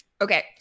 Okay